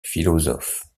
philosophe